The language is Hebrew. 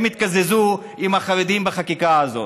הם התקזזו עם החרדים בחקיקה הזאת,